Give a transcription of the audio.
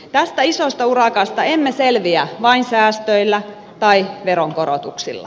tästä isosta urakasta emme selviä vain säästöillä tai veronkorotuksilla